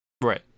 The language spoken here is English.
right